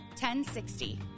1060